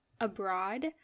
abroad